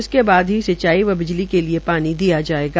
उसके बाद ही सिंचाई व बिजली के लिए पानी दिया जायेगा